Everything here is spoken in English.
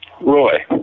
Roy